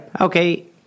Okay